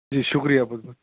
جی شُکریہ بہت بہت